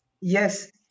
yes